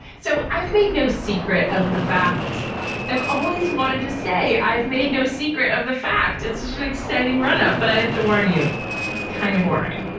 so i've made no secret of the fact i've always wanted to say i've made no secret of the fact it's such an exciting run up but i have to warn you it's kind of boring.